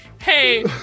hey